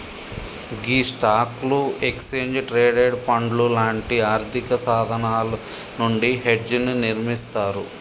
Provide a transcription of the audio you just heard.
గీ స్టాక్లు, exchange traded పండ్లు లాంటి ఆర్థిక సాధనాలు నుండి హెడ్జ్ ని నిర్మిస్తారు